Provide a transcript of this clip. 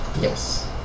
Yes